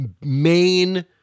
main